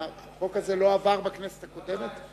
החוק הזה לא עבר בכנסת הקודמת?